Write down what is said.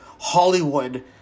Hollywood